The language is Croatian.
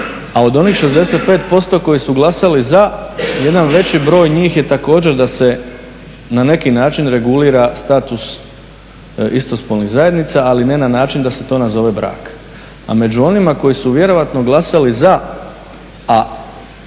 a od onih 65% koji su glasali za jedan veći broj njih je također da se na neki način regulira status istospolnih zajednica ali ne na način da se to nazove brak. A među onima koji su vjerojatno glasali za, a